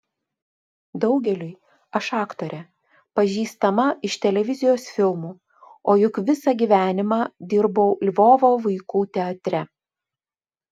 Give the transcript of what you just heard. daugeliui aš aktorė pažįstama iš televizijos filmų o juk visą gyvenimą dirbau lvovo vaikų teatre